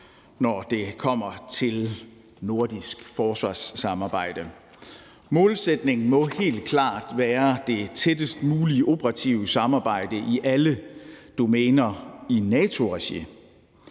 når det kommer til nordisk forsvarssamarbejde. Målsætningen må helt klart være det tættest mulige operative samarbejde i alle domæner i NATO-regi.